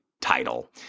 title